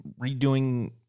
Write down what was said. redoing